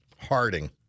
Harding